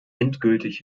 endgültig